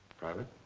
private?